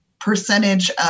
percentage